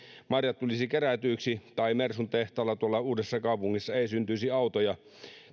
marjat eivät tulisi kerätyiksi tai mersun tehtaalla tuolla uudessakaupungissa ei syntyisi autoja